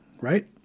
right